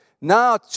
Now